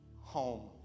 home